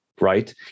right